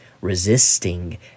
resisting